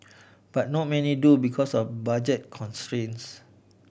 but not many do because of budget constraints